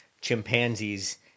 chimpanzees